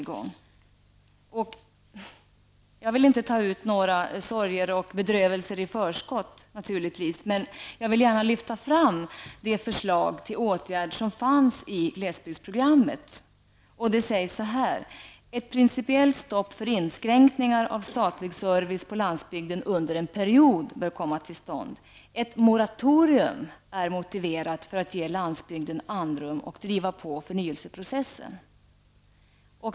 Jag skall naturligtvis inte ta ut några sorger och bedrövelser i förskott, men jag vill gärna lyfta fram det förslag till åtgärd som fanns med i glesbygdsprogrammet. Där sägs att ett principiellt stopp för inskränkningar av statlig service på landsbygden under en period bör komma till stånd. Ett moratorium är motiverat för att ge landsbygden andrum och driva på förnyelseprocessen.